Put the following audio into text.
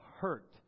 hurt